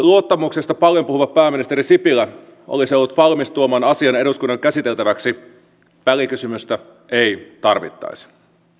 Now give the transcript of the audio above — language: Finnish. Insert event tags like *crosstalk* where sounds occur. *unintelligible* luottamuksesta paljon puhuva pääministeri sipilä olisi ollut valmis tuomaan asian eduskunnan käsiteltäväksi välikysymystä ei tarvittaisi